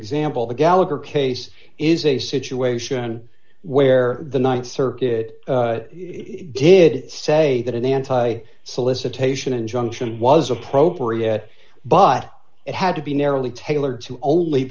example the gallagher case is a situation where the th circuit did say that an anti solicitation injunction was appropriate but it had to be narrowly tailored to only